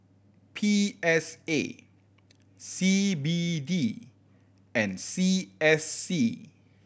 P S A C B D and C S C